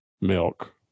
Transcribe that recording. milk